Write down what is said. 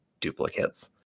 duplicates